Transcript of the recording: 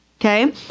Okay